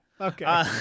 Okay